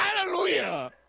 hallelujah